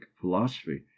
philosophy